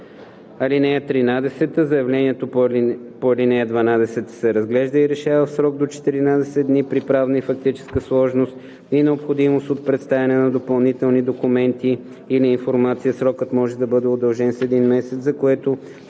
(13) Заявлението по ал. 12 се разглежда и решава в срок до 14 дни. При правна и фактическа сложност и необходимост от представяне на допълнителни документи или информация срокът може да бъде удължен с един месец, за което